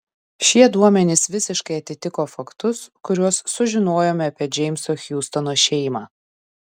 šie duomenys visiškai atitiko faktus kuriuos sužinojome apie džeimso hiustono šeimą